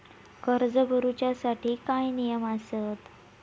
कर्ज भरूच्या साठी काय नियम आसत?